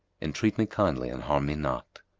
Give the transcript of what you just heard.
entreat me kindly and harm me not!